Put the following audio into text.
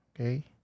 Okay